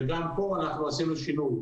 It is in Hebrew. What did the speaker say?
וגם פה אנחנו עשינו שינוי.